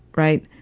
right?